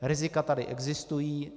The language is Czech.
Rizika tady existují.